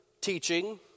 teaching